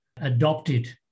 adopted